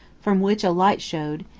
from which a light showed,